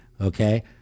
Okay